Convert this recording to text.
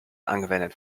angewendet